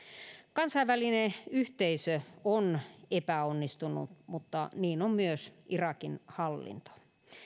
kansainvälinen yhteisö on epäonnistunut mutta niin on myös irakin hallinto